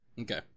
Okay